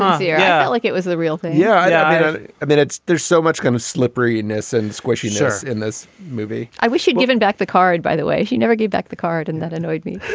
um yeah like it was the real thing. yeah. yeah i i mean it's there's so much going to slipperiness and squishy so in this movie i wish she'd given back the card by the way. she never gave back the card and that annoyed me.